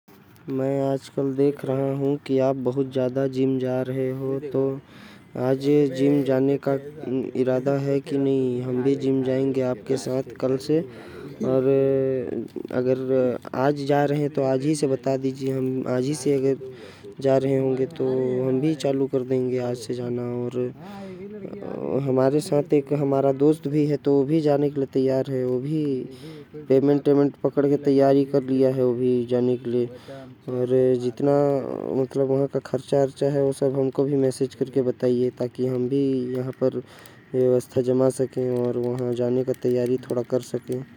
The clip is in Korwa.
मै आज कल देख रहा हु की आप बहुत जिम जा रहे है। तो हम भी जिम जाएंगे आज जाने का इरादा है। की नही हम भी आज ही आपके साथ जाएंगे। हमारे साथ हमारा दोस्त भी जायेगा ओ भी पूरी तैयारी कर लिया है। पैसा उएसा पकड़ कर तो बताइयेगा खर्चा। फीस उस हम भी आपके साथ जिम जाएंगे पूरी व्यवस्था करके।